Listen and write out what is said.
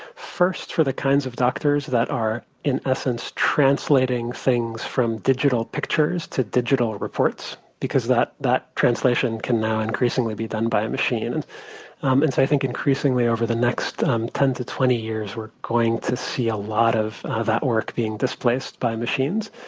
first for the kinds of doctors that are, in essence, translating things from digital pictures to digital reports, because that that translation can now increasingly be done by a machine. and and so i think increasingly over the next ten to twenty years, we're going to see a lot of that work being displaced by machines.